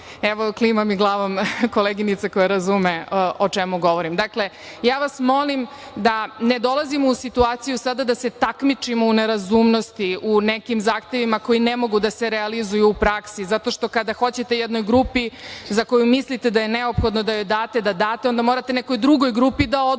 Evo, klima mi glavom koleginica koja razume o čemu govorim, dakle, molim vas da ne dolazimo u situaciju sada da se takmičimo u nerazumnosti u nekim zahtevima koji ne mogu da se realizuju u praksi, zato što kada hoćete jednoj grupi za koju mislite da je neophodno da joj date, onda morate nekoj drugoj grupi da oduzmete. Tako